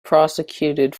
prosecuted